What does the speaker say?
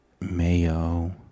Mayo